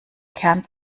kern